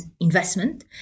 investment